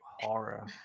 horror